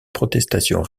protestations